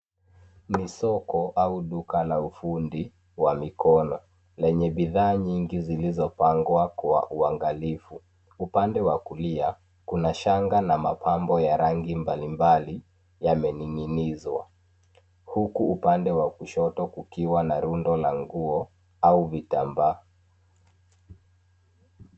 Ni soko au duka la ufundi wa mikono lenye bidhaa nyingi zilizopangwa kwa uangalifu upande wa kulia, Kuna shanga na mapambo ya rangi mbalimbali yamening'inizwa. Huku upande wa kushoto kukiwa na rundo la nguo au vitambaa.